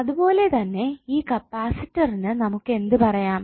അതുപോലെ തന്നെ ഈ കപ്പാസിറ്ററിനു നമുക്ക് എന്ത് പറയാം